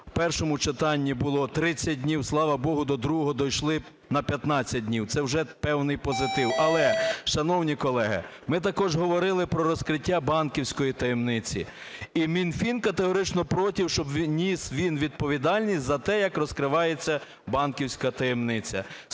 В першому читанні було 30 днів. Слава Богу, до другого дійшли на 15 днів, це вже певний позитив. Але, шановні колеги, ми також говорили про розкриття банківської таємниці. І Мінфін категорично проти, щоб ніс він відповідальність за те, як розкривається банківська таємниця.